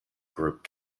group